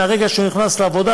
מהרגע שהוא נכנס לעבודה,